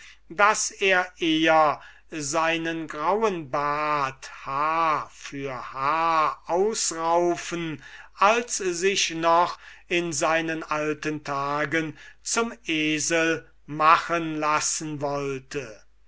daß er eher seinen grauen bart haar vor haar ausraufen als sich noch in seinen alten tagen zum esel machen lassen wollte